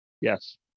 yes